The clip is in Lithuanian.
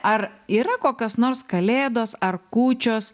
ar yra kokios nors kalėdos ar kūčios